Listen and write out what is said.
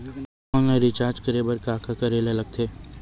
Online recharge करे बर का का करे ल लगथे?